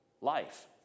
life